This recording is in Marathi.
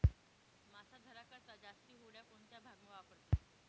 मासा धरा करता जास्ती होड्या कोणता भागमा वापरतस